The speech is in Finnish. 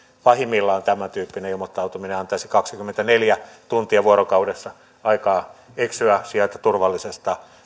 pahimmillaan tämäntyyppinen ilmoittautuminen antaisi kaksikymmentäneljä tuntia vuorokaudessa aikaa eksyä sieltä turvallisten